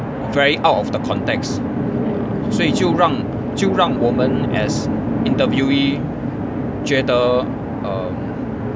very out of the context 所以就让就让我们 as interviewee 觉得 um